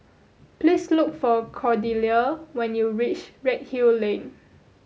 please look for Cordelia when you reach Redhill Lane